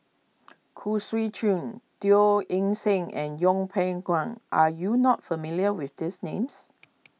Khoo Swee Chiow Teo Eng Seng and Yeng Pway Guan are you not familiar with these names